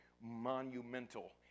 monumental